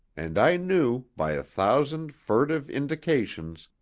and i knew, by a thousand furtive indications,